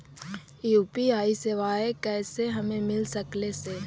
UPI सेवाएं कैसे हमें मिल सकले से?